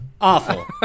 Awful